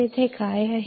इथे काय आहे